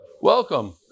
Welcome